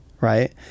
right